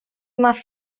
must